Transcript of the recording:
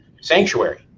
sanctuary